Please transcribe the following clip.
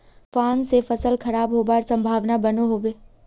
तूफान से फसल खराब होबार संभावना बनो होबे?